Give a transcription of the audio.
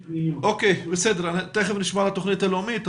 תכף נשמע על התוכנית הלאומית,